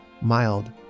mild